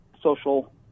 social